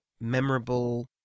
memorable